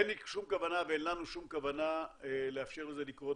אין לי שום כוונה ואין לנו שום כוונה לאפשר לזה לקרות